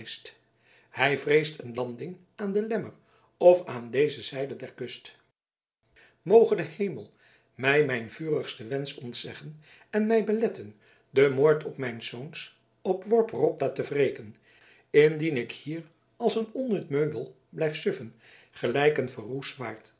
hij vreest een landing aan de lemmer of aan deze zijde der kust moge de hemel mij mijn vurigsten wensch ontzeggen en mij beletten den moord mijns zoons op worp ropta te wreken indien ik hier als een onnut meubel blijf suffen gelijk een verroest